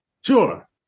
Sure